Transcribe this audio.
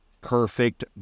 perfect